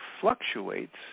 fluctuates